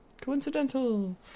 coincidental